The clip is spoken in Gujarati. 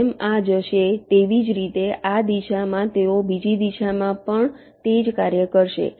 જેમ આ જશે તેવી જ રીતે આ દિશામાં તેઓ બીજી દિશામાં પણ તે જ કાર્ય કરશે